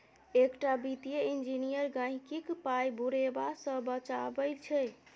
एकटा वित्तीय इंजीनियर गहिंकीक पाय बुरेबा सँ बचाबै छै